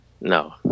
No